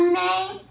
name